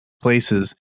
places